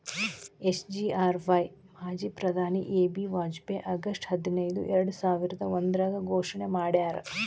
SGRY ಮಾಜಿ ಪ್ರಧಾನಿ A B Vajpayee August ಹದಿನೈದು ಎರ್ಡಸಾವಿರದ ಒಂದ್ರಾಗ ಘೋಷಣೆ ಮಾಡ್ಯಾರ